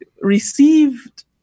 received